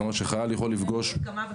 זאת אומרת שחייל יכול לפגוש כמה פעמים.